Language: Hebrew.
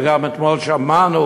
וגם אתמול שמענו,